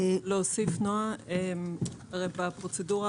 לפעמים באופן